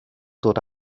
dod